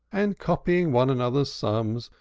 and copying one another's sums,